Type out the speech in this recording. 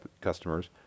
customers